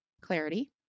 clarity